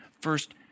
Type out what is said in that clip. first